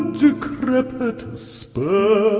decrepit sperm.